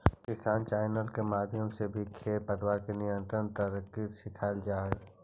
किसान चैनल के माध्यम से भी खेर पतवार के नियंत्रण के तरकीब सिखावाल जा हई